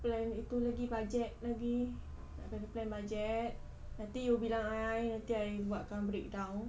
plan itu lagi budget lagi nak kena plan budget nanti you bilang I nanti I buatkan breakdown